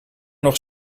nog